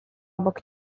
obok